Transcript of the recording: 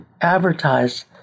advertise